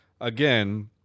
again